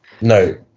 no